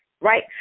right